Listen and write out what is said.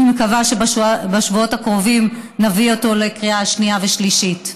אני מקווה שבשבועות הקרובים נביא אותו לקריאה שנייה ושלישית.